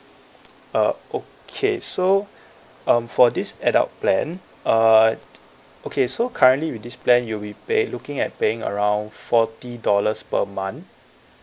uh okay so um for this adult plan uh okay so currently with this plan you'd be pay looking at paying around forty dollars per month